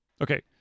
okay